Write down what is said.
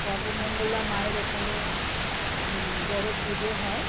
সর্বমঙ্গলা মায়ের ওখানে বড়ো পুজো হয়